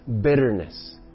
bitterness